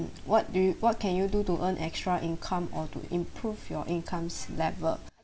mm what do you what can you do to earn extra income or to improve your incomes level